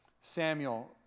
Samuel